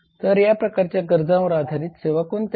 तर या प्रकारच्या गरजांवर आधारित सेवा कोणत्या आहेत